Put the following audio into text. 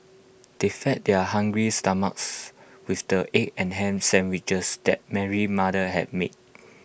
they fed their hungry stomachs with the egg and Ham Sandwiches that Mary's mother had made